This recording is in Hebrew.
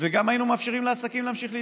וגם היינו מאפשרים לעסקים להמשיך להתגלגל.